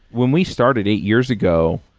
when we started eight years ago,